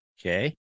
Okay